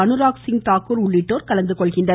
அனுராக்சிங் தாக்கூர் உள்ளிட்டோர் கலந்துகொள்கின்றனர்